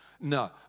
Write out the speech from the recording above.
No